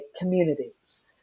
communities